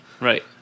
Right